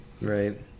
Right